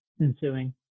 ensuing